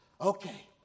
Okay